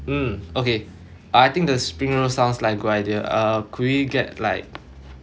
mm okay I think the spring rolls sounds like a good idea uh could we get like